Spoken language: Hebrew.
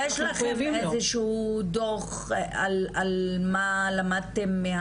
אוקיי יש לכם איזשהו דו"ח על מה למדתם?